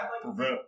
prevent